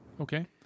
Okay